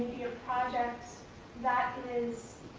project that is,